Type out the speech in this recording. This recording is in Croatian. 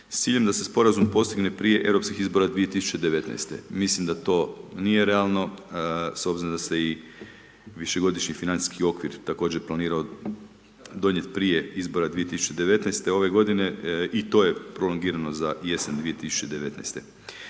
s ciljem da se sporazum postigne prije europskih izbora 2019. Mislim da to nije realno, s obzirom da se i višegodišnji financijski okvir planira također donjet prije izbora 2019., ove godine i to je prolongirano za jesen 2019.